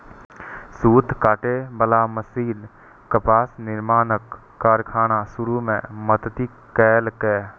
सूत काटे बला मशीन कपास निर्माणक कारखाना शुरू मे मदति केलकै